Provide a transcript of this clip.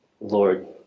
Lord